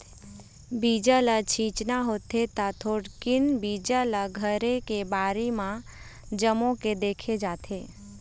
बीजा ल छिचना होथे त थोकिन बीजा ल घरे के बाड़ी म जमो के देखे जाथे